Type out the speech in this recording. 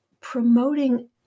promoting